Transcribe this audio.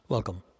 Welcome